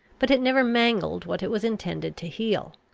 but it never mangled what it was intended to heal.